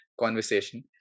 conversation